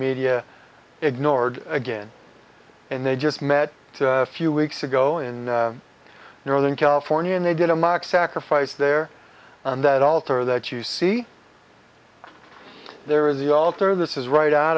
media ignored again and they just met a few weeks ago in northern california and they did a mock sacrifice there on that altar that you see there is the altar this is right out